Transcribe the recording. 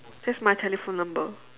that's my telephone number